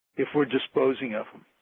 if we're disposing of them?